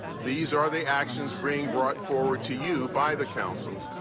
these are the actions being brought forward to you by the council.